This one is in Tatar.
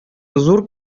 зур